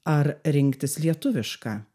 ar rinktis lietuvišką